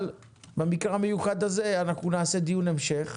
אבל במקרה המיוחד הזה, אנחנו נעשה דיון המשך,